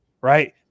right